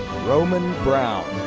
romen brown